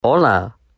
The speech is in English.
Hola